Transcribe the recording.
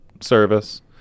service